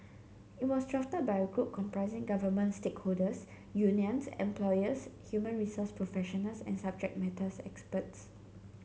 it was drafted by a group comprising government stakeholders unions employers human resource professionals and subject matter experts